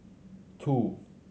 two